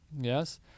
Yes